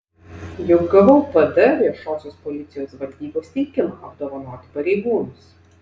juk gavau pd viešosios policijos valdybos teikimą apdovanoti pareigūnus